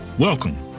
Welcome